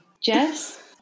Jess